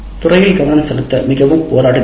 துறையில் கவனம் செலுத்த மிகவும் போராடுகிறார்கள்